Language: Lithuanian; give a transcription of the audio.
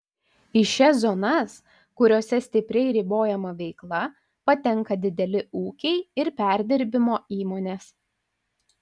į šias zonas kuriose stipriai ribojama veikla patenka dideli ūkiai ir perdirbimo įmonės